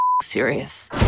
serious